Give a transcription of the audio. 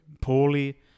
Poorly